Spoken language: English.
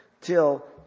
till